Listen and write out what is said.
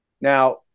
Now